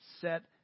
set